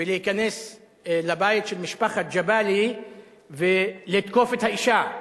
ולהיכנס לבית של משפחת ג'באלי ולתקוף את האשה בטענה,